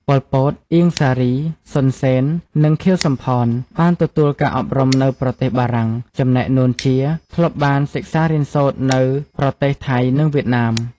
ប៉ុល ពត, អៀង សារី, សុន សេន និង ខៀវសំផន បានទទួលការអប់រំនៅប្រទេសបារាំង ចំណែក នួន ជា ធ្លាប់បានសិក្សារៀនសូត្រនៅប្រទេសថៃនិងវៀតណាម ។